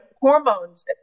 hormones